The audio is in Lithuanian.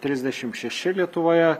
trisdešim šeši lietuvoje